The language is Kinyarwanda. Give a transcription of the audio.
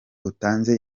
utanze